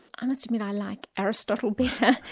i must admit i like aristotle better,